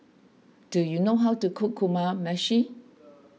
do you know how to cook Kamameshi